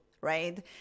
right